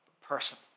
person